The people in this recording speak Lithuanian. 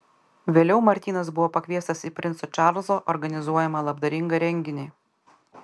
vėliau martynas buvo pakviestas į princo čarlzo organizuojamą labdaringą renginį